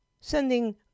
sending